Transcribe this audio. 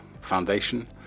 foundation